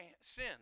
sin